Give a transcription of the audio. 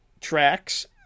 tracks